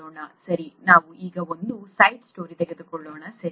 ಸರಿ ನಾವು ಈಗ ಒಂದು ಸೈಡ್ ಸ್ಟೋರಿ ತೆಗೆದುಕೊಳ್ಳೋಣ ಸರಿ